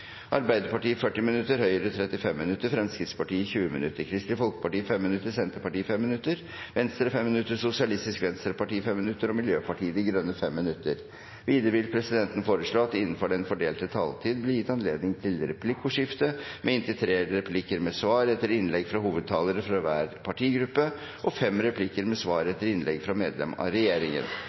Arbeiderpartiet 40 minutter, Høyre 35 minutter, Fremskrittspartiet 20 minutter, Kristelig Folkeparti 5 minutter, Senterpartiet 5 minutter, Venstre 5 minutter, Sosialistisk Venstreparti 5 minutter og Miljøpartiet De Grønne 5 minutter. Videre vil presidenten foreslå at det blir gitt anledning til replikkordskifte på inntil tre replikker med svar etter innlegg fra hovedtalerne fra hver partigruppe og fem replikker med svar etter innlegg fra medlem av regjeringen